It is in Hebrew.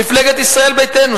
מפלגת ישראל ביתנו,